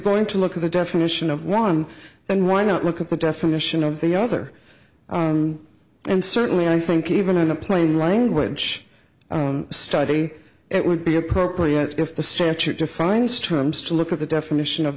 going to look at the definition of one and why not look at the definition of the other and certainly i think even in a plain language study it would be appropriate if the statute defines terms to look at the definition of